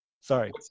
Sorry